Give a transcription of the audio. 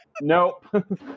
nope